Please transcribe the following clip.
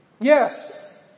Yes